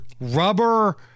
Rubber